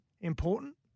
important